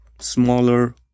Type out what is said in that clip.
smaller